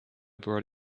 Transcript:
brought